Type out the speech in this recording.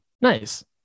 Nice